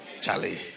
Charlie